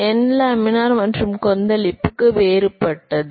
இந்த n laminar மற்றும் கொந்தளிப்புக்கு வேறுபட்டது